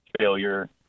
failure